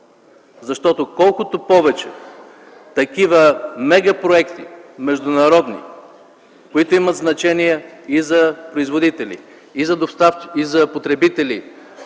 защото колкото повече такива международни мегапроекти, които имат значение и за производителите, и за потребителите